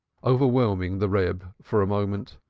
overwhelming the reb for a moment.